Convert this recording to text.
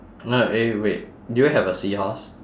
no eh wait do you have a seahorse